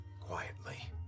Quietly